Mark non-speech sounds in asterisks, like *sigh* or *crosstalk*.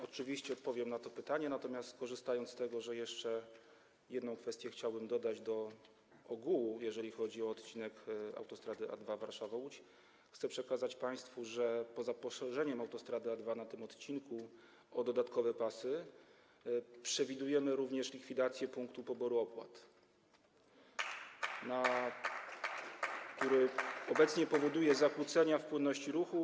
Oczywiście odpowiem na to pytanie, natomiast korzystając z tego, że jeszcze jedną kwestię chciałbym dodać do ogółu, jeżeli chodzi o odcinek autostrady A2 Warszawa - Łódź, chcę przekazać państwu, że poza poszerzeniem autostrady A2 na tym odcinku o dodatkowe pasy przewidujemy również likwidację punktu poboru opłat, *applause* który obecnie powoduje zakłócenia w płynności ruchu.